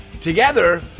Together